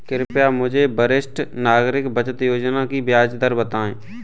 कृपया मुझे वरिष्ठ नागरिक बचत योजना की ब्याज दर बताएं